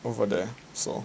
over there so